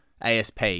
ASP